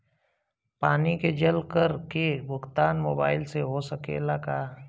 पानी के जल कर के भुगतान मोबाइल से हो सकेला का?